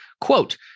Quote